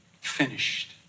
finished